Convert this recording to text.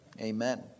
Amen